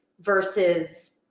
versus